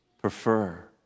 Prefer